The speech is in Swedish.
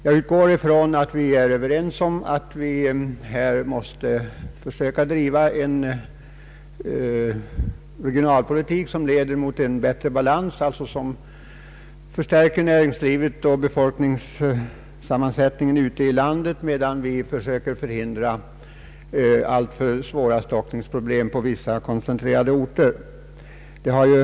Jag utgår ifrån att vi är ense om att vi måste försöka driva en regionalpolitik som leder till bättre balans, alltså en regionalpolitik som förstärker näringslivet och befolkningsunderlaget ute i landet och förhindrar att alltför stora stockningsproblem uppstår på vissa orter med stor befolkningskoncentration.